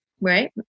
right